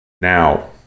now